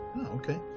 Okay